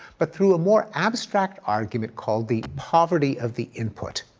but through a more abstract argument called, the poverty of the input.